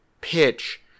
pitch